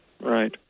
Right